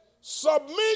submit